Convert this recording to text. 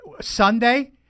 Sunday